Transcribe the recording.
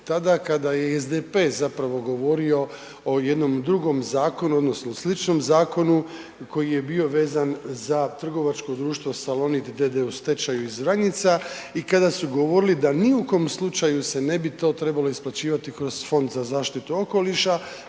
tada kada je SDP zapravo govorio o jednom drugom zakonu, zapravo sličnom zakonu koji je bio vezan za trgovačko društvo Salonit d.d. u stečaju iz Vranjica i kada su govorili da ni u kojem slučaju se ne bi to trebalo isplaćivati kroz Fond za zaštitu okoliša